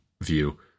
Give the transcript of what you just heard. view